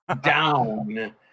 down